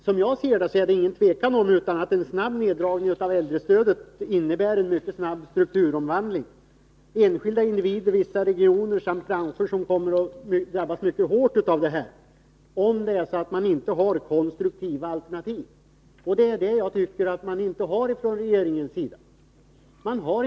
Som jag ser det är det inget tvivel om att en snabb neddragning av äldrestödet innebär en mycket snabb strukturomvandling. Enskilda individer, vissa branscher och regioner kommer att drabbas mycket hårt, om man inte har konstruktiva alternativ, och det tycker jag att regeringen inte har.